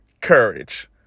courage